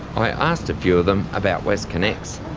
i asked a few of them about westconnex.